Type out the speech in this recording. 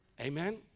Amen